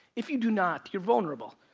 if you do not, you're vulnerable.